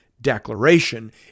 declaration